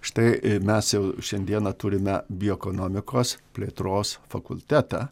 štai mes jau šiandieną turime bioekonomikos plėtros fakultetą